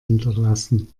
hinterlassen